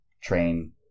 train